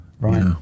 right